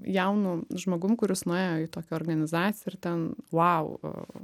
jaunu žmogum kuris nuėjo į tokią organizaciją ir ten vau